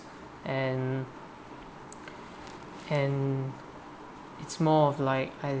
and and it's more of like